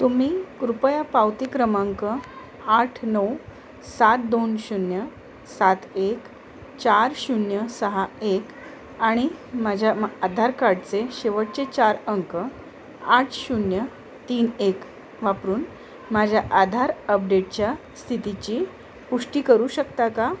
तुम्ही कृपया पावती क्रमांक आठ नऊ सात दोन शून्य सात एक चार शून्य सहा एक आणि माझ्या मा आधार कार्डचे शेवटचे चार अंक आठ शून्य तीन एक वापरून माझ्या आधार अपडेटच्या स्थितीची पुष्टी करू शकता का